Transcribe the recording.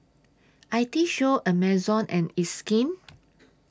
I T Show Amazon and It's Skin